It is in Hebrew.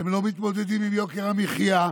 הם לא מתמודדים עם יוקר המחיה.